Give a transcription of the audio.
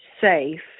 safe